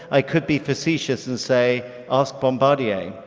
i could be facetious and say, ask bombardier.